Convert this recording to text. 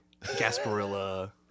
Gasparilla